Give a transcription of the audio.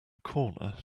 corner